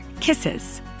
kisses